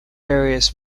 various